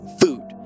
food